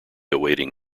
awaiting